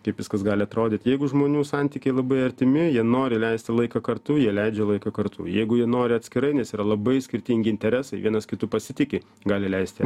kaip viskas gali atrodyt jeigu žmonių santykiai labai artimi jie nori leisti laiką kartu jie leidžia laiką kartu jeigu jie nori atskirai nes yra labai skirtingi interesai vienas kitu pasitiki gali leisti